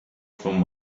from